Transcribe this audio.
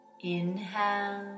inhale